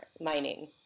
mining